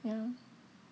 yeah